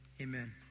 Amen